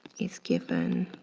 is given